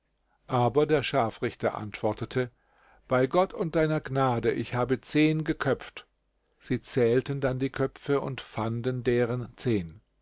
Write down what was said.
aber der scharfrichter antwortete bei gott und deiner gnade ich habe zehn geköpft sie zählten dann die köpfe und fanden deren zehn